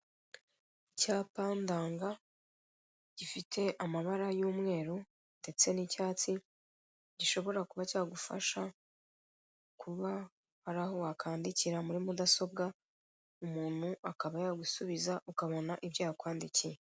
Icyapa ndanga gifite amabara y'umweru ndetse n'icyatsi, gishobora kuba cyagufasha kuba hari aho wakandikira muri mudasobwa umuntu akaba yagusubiza ukabona ibyo yakwandikiye.